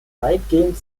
weitgehend